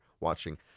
watching